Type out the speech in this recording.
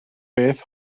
beth